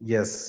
Yes